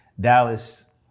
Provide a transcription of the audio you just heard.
Dallas